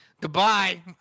Goodbye